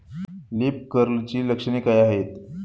Leaf कर्लची लक्षणे काय आहेत?